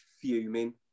fuming